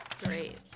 Great